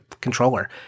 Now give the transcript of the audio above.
controller